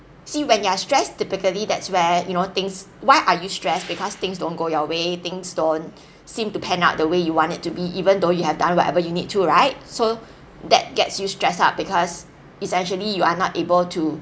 see when you're stressed typically that's where you know things why are you stress because things don't go your way things don't seem to pan out the way you want it to be even though you have done whatever you need to right so that gets you stress up because essentially you are not able to